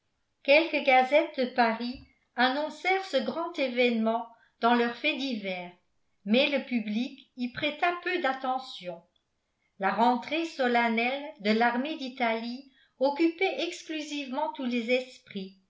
quelques gazettes de paris annoncèrent ce grand événement dans leurs faits divers mais le public y prêta peu d'attention la rentrée solennelle de l'armée d'italie occupait exclusivement tous les esprits